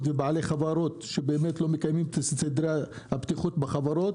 ובעלי חברות שלא מקיימים את סדרי הבטיחות בחברות,